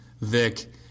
Vic